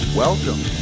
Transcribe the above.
Welcome